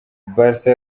barca